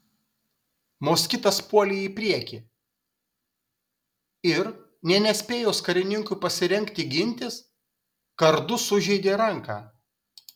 moskitas puolė į priekį ir nė nespėjus karininkui pasirengti gintis kardu sužeidė ranką